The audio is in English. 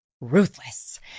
Ruthless